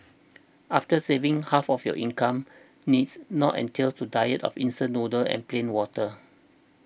after saving half of your income needs not entail a diet of instant noodles and plain water